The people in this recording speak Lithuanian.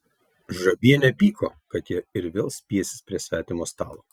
žabienė pyko kad jie ir vėl spiesis prie svetimo stalo